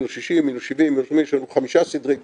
מינוס 60, מינוס 70, יש לנו חמשה סדרי גודל,